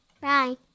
Bye